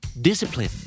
Discipline